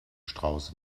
strauss